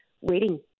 waiting